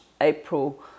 April